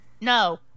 no